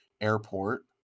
airport